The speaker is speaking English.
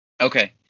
Okay